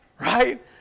Right